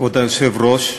כבוד היושב-ראש,